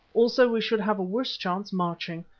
also we should have a worse chance marching.